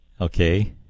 okay